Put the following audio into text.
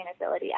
sustainability